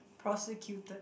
prosecuted